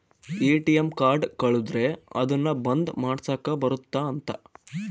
ATM card ಕಳುದ್ರೆ ಅದುನ್ನ ಬಂದ್ ಮಾಡ್ಸಕ್ ಬರುತ್ತ ಅಂತ